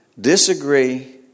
disagree